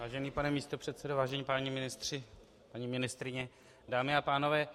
Vážený pane místopředsedo, vážení páni ministři, paní ministryně, dámy a pánové.